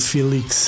Felix